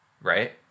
right